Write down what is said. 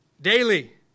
Daily